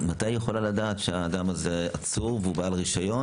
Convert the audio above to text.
יכולה לדעת שהאדם הזה עצור והוא בעל רישיון